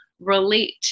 relate